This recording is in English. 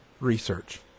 research